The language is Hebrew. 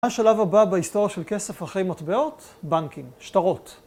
השלב הבא בהיסטוריה של כסף אחרי מטבעות, בנקים, שטרות.